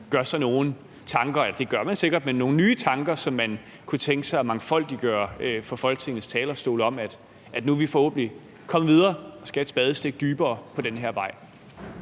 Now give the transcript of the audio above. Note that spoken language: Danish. gør sig nogle tanker om det. Det gør man sikkert, men gør man sig nogle nye tanker, som man kunne tænke sig at offentliggøre fra Folketingets talerstol, om, at nu er vi forhåbentlig kommet videre og skal et spadestik dybere på den her vej?